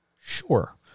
sure